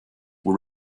were